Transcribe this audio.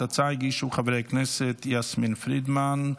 את ההצעה הגישו חברי הכנסת יסמין פרידמן,